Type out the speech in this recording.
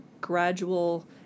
gradual